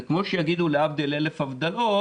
זה כמו שיגידו, להבדיל אלף הבדלות,